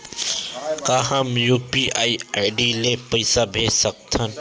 का हम UPI ID ले पईसा भेज सकथन?